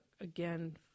again